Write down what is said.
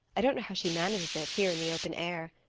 i don't know how she manages it, here in the open air.